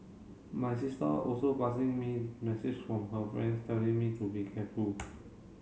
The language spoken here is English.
my sister also passing me message from her friends telling me to be careful